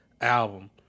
album